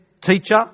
teacher